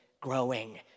growing